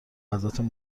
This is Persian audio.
ازتون